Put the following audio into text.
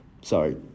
Sorry